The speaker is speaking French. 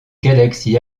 galaxie